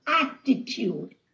attitude